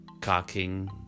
cocking